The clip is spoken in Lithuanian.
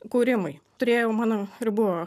kūrimui turėjau mano ir buvo